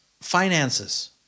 finances